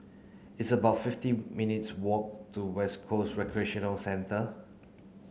it's about fifty minutes' walk to West Coast Recreation Centre